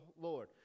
Lord